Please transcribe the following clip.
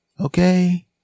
Okay